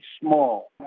small